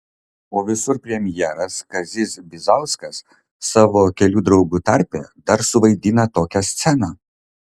o visur premjeras kazys bizauskas savo kelių draugų tarpe dar suvaidina tokią sceną